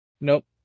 Nope